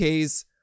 Ks